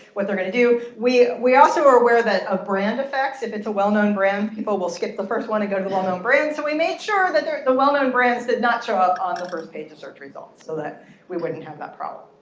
what they're going to do. we we also are aware that a brand affects if it's a well-known brand, people will skip the first one and go to the well-known brand. so we made sure that the well-known brands did not show up on the first page of search results so that we wouldn't have that problem.